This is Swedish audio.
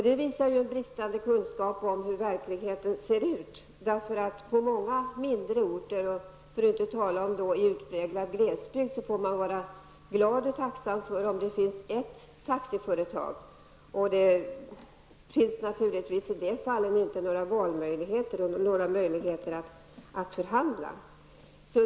Det visar ju en bristande kunskap om hur verkligheten ser ut. På många mindre orter, för att inte tala om i utpräglad glesbygd, får man vara glad och tacksam för att det finns ett taxiföretag. I de fallen finns det naturligtvis inte några valmöjligheter eller några möjligheter att förhandla.